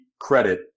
credit